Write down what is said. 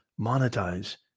monetize